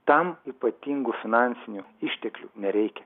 tam ypatingų finansinių išteklių nereikia